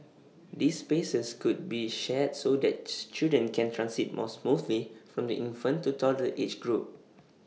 these spaces could be shared so that children can transit more smoothly from the infant to toddler age group